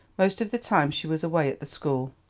most of the time she was away at the school,